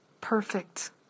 perfect